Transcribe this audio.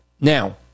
Now